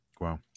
Wow